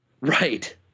Right